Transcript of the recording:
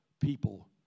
people